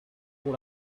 pour